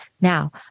Now